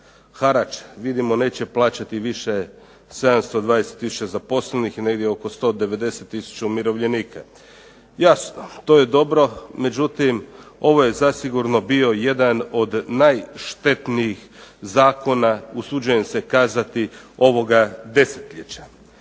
Harač vidimo neće plaćati više 720 tisuća zaposlenih i negdje oko 190 tisuća umirovljenika. Jasno, to je dobro, no međutim ovo je zasigurno bio jedan od najštetniji zakona usuđujem se kazati ovoga desetljeća.